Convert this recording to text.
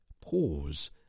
Pause